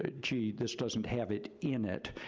ah gee this doesn't have it in it.